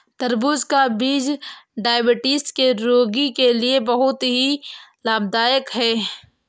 तरबूज का बीज डायबिटीज के रोगी के लिए बहुत ही लाभदायक है